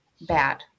bad